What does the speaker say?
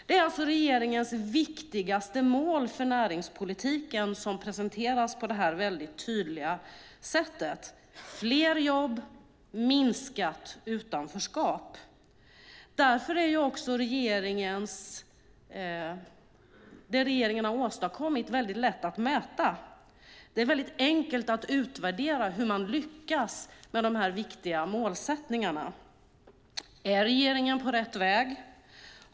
Det är alltså regeringens viktigaste mål för näringspolitiken som presenteras på detta väldigt tydliga sätt: fler jobb och minskat utanförskap. Därför är också det regeringen har åstadkommit väldigt lätt att mäta. Det är väldigt enkelt att utvärdera hur man lyckas med dessa viktiga målsättningar. Är regeringen på rätt väg?